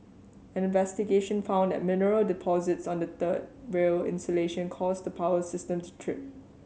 an investigation found that mineral deposits on the third rail insulation caused the power system to trip